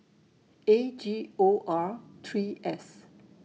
A G O R three S